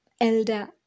Elder